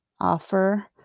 Offer